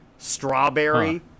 strawberry